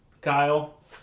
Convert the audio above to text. Kyle